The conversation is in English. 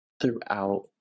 throughout